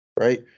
right